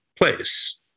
place